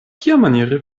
kiamaniere